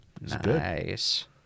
nice